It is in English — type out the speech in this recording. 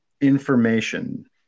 information